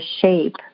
shape